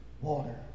water